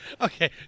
Okay